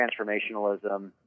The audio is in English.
transformationalism